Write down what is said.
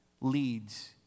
leads